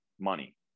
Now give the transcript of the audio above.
money